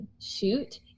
shoot